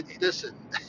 Listen